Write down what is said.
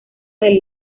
del